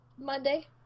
Monday